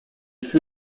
fut